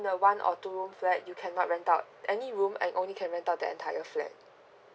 one or two room flat you cannot rent out any room and only can rent out the entire flat